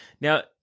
Now